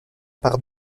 par